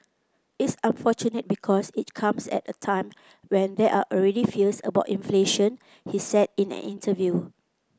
it's unfortunate because it comes at a time when there are already fears about inflation he said in an interview